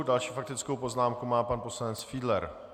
Další faktickou poznámku má pan poslanec Fiedler.